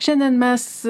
šiandien mes